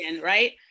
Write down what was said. right